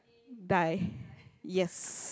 die yes